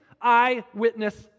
eyewitness